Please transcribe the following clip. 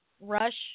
rush